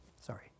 Sorry